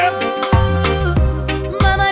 Mama